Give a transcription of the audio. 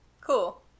Cool